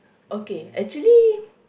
okay actually